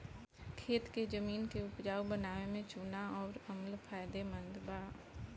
खेत के जमीन के उपजाऊ बनावे में चूना अउर अम्ल फायदेमंद बा